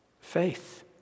Faith